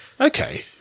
Okay